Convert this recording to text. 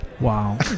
Wow